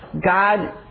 God